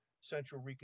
central